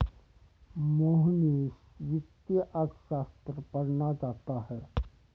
मोहनीश वित्तीय अर्थशास्त्र पढ़ना चाहता है